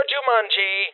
Jumanji